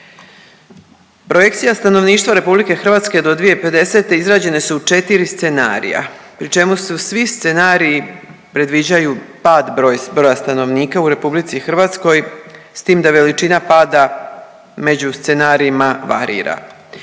Projekcija stanovništva RH do 2050. izrađene su u četiri scenarija pri čemu su svi scenariji predviđaju pad broja stanovnika u RH, s tim veličina pada među scenarijima varira.